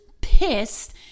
pissed